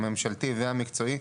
הממשלתי והמקצועי,